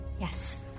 Yes